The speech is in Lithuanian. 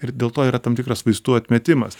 ir dėl to yra tam tikras vaistų atmetimas